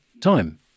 time